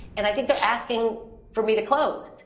and i think they're asking for me to close.